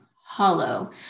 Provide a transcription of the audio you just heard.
hollow